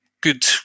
good